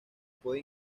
puede